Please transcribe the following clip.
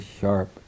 sharp